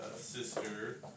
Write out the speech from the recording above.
sister